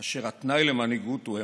כאשר התנאי למנהיגות הוא אמון.